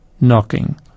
knocking